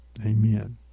Amen